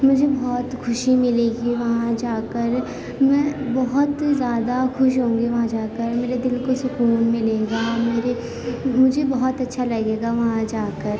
مجھے بہت خوشی ملے گی وہاں جا کر میں بہت زیادہ خوش ہوں گی وہاں جا کر مرے دل کو سکون ملے گا مرے مجھے بہت اچھا لگے گا وہاں جا کر